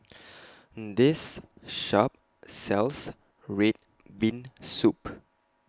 This Shop sells Red Bean Soup